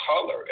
color